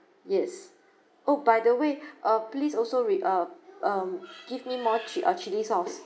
yes oh by the way uh please also re uh um give me more chi~ ah chili sauce